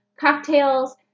cocktails